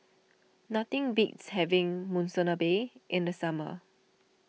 nothing beats having Monsunabe in the summer